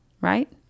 right